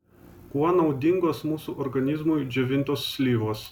kuo naudingos mūsų organizmui džiovintos slyvos